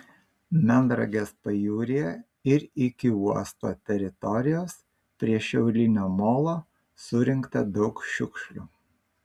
melnragės pajūryje ir iki uosto teritorijos prie šiaurinio molo surinkta daug šiukšlių